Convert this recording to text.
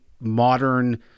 modern